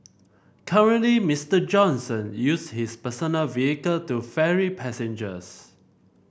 currently Mister Johnson use his personal vehicle to ferry passengers